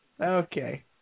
Okay